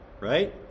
right